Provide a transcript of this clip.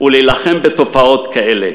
ולהילחם בתופעות כאלה,